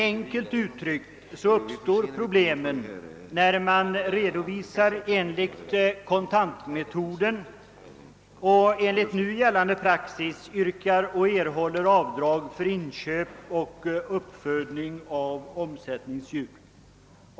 Enkelt uttryckt uppstår problemen när man redovisar enligt kontantmetoden och enligt nu gällande praxis yrkar och erhåller avdrag för inköp och uppfödning av omsättningsdjur.